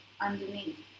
underneath